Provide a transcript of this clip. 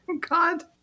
God